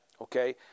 Okay